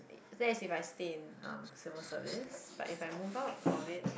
that is if I stay in um civil service but if I move out of it